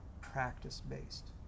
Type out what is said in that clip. practice-based